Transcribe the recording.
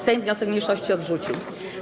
Sejm wniosek mniejszości odrzucił.